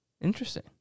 Interesting